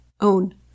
own